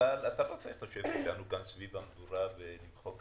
אבל אתה לא צריך לשבת אתנו כאן סביב המדורה ולקטר,